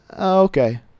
okay